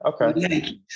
okay